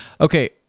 Okay